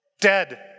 dead